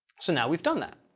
so now we've done that.